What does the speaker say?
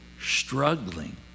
struggling